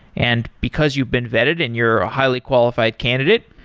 and because you've been vetted and you're a highly qualified candidate,